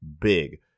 big